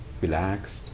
relaxed